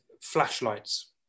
flashlights